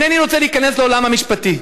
אינני רוצה להיכנס לעולם המשפטי.